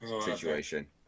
situation